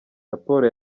raporo